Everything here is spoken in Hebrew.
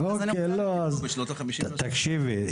אז --- תקשיבי,